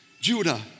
Judah